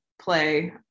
play